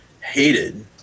hated